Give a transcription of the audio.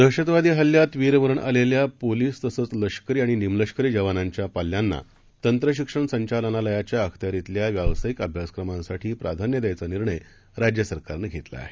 दहशतवादीहल्ल्यातवीरमरणआलेल्या पोलीस लष्करी आणि निमलष्करी तसंच जवानांच्या पाल्यांना तंत्रशिक्षणसंचालनालयाच्याअखत्यारितल्याव्यावसायिकअभ्यासक्रमांसाठी प्राधान्य द्यायचा निर्णयराज्यसरकारनंघेतलाआहे